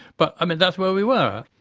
but i mean that's where we were.